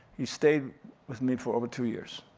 he stayed with me for over two years,